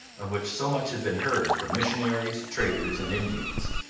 of which so much had been heard from missionaries, traders, and indians.